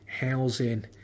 housing